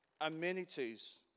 amenities